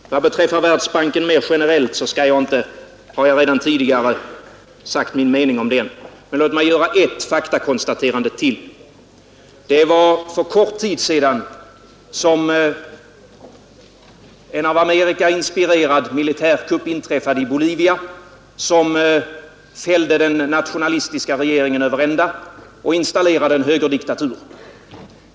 Vad beträffar Världsbanken mer generellt har jag redan tidigare sagt min mening om den, men låt mig göra ett konstaterande till. Det var för en kort tid sedan som en av USA inspirerad militärkupp inträffade i Bolivia. Den fällde den nationalistiska regeringen över ända och installerade en högerdiktatur.